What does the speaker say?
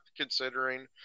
considering